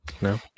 no